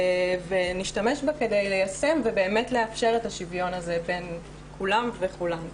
ונשתמש בה כדי ליישם ובאמת לאפשר את השוויון הזה בין כולם וכולן.